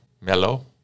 mellow